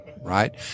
right